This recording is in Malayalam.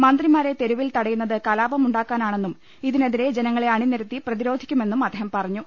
മന്ത്രി മാരെ തെരുവിൽ തടയുന്നത് കലാപമുണ്ടാക്കാനാണെന്നും ഇതിനെ തിരെ ജനങ്ങളെ അണിനിരത്തി പ്രതിരോധിക്കുമെന്നും അദ്ദേഹം പറ ഞ്ഞു